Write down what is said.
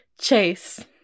Chase